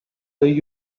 though